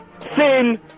Thin